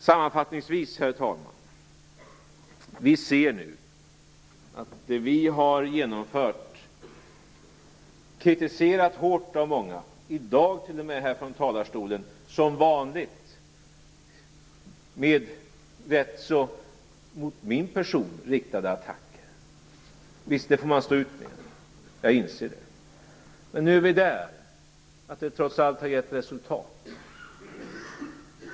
Sammanfattningsvis, herr talman, har det som vi genomfört kritiserats hårt av många, i dag t.o.m. här från talarstolen - som vanligt med attacker riktade mot min person. Det får man stå ut med. Jag inser det. Men nu är vi där - vi ser nu att det trots allt har gett resultat.